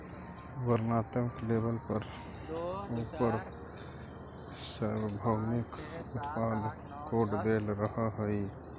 वर्णात्मक लेबल पर उपर सार्वभौमिक उत्पाद कोड देल रहअ हई